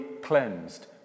cleansed